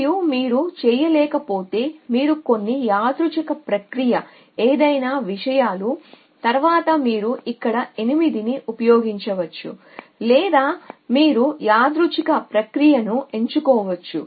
మరియు మీరు చేయలేకపోతే మీరు కొన్ని యాదృచ్ఛిక ప్రక్రియ ఏదైనా విషయాలు తరువాత మీరు ఇక్కడ 8 ను ఉపయోగించవచ్చు లేదా మీరు యాదృచ్ఛిక ప్రక్రియను ఎంచుకోవచ్చు